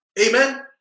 Amen